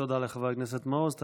תודה לחבר הכנסת מעוז.